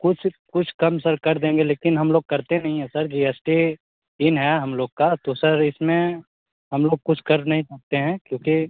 कुछ कुछ कम सर देंगे लेकिन हम लोग करते नहीं हैं sir G S T pin है हम लोग का तो सर इसमें हम लोग कुछ कर नहीं सकते हैं क्योंकि